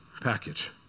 package